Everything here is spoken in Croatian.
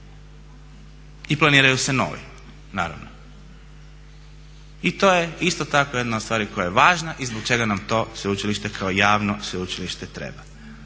i planiraju se novi naravno. I to je isto tako jedna od stvari koja je važna i zbog čega nam to sveučilište kao javno